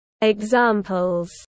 Examples